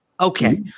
Okay